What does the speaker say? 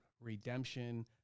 redemption